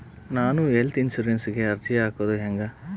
ನಾನು ಹೆಲ್ತ್ ಇನ್ಸುರೆನ್ಸಿಗೆ ಅರ್ಜಿ ಹಾಕದು ಹೆಂಗ?